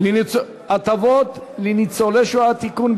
הטבות לניצולי שואה (תיקון,